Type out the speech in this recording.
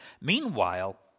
Meanwhile